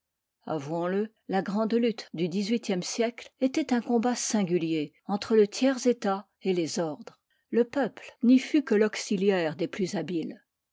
avouons-le la grande lutte du xviii siècle était un combat singulier entre le tiers état et les ordres le peuple n'y fut que l'auxiliaire des plus habiles